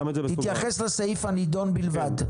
תתייחס לסעיף הנדון בלבד.